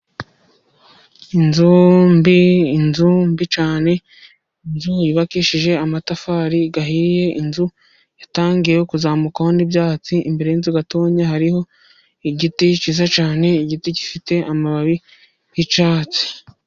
Inzu mbi inzu mbi cyane inzu yubakishije amatafari ahiye, inzu yatangiye kuzamukwaho n'ibyatsi, imbere y'iyi nzu gato, hariho igiti cyiza cyane igiti gifite amababi y'icyatsi.